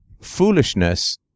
foolishness